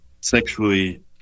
sexually